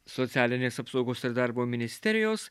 socialinės apsaugos ir darbo ministerijos